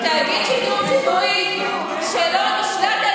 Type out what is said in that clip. תגידי מי זה "המגוון", "המיוצג".